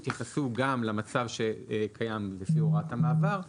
יתייחסו גם למצב שקיים לפי הוראת המעבר,